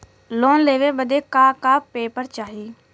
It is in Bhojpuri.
लोन लेवे बदे का का पेपर चाही?